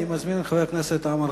אני מזמין את חבר הכנסת חמד עמאר.